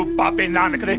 ah baba and nanak like